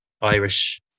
Irish